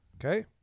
Okay